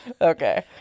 Okay